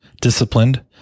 disciplined